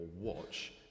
watch